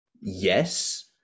yes